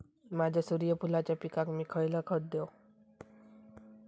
माझ्या सूर्यफुलाच्या पिकाक मी खयला खत देवू?